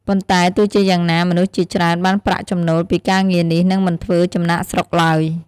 ប៉ុន្តែទោះជាយ៉ាងណា មនុស្សជាច្រើនបានប្រាក់ចំណូលពីការងារនេះ នឹងមិនធ្វើចំណាកស្រុកឡើយ។